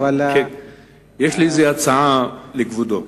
נו, בסדר, יש לי הצעה לכבודו,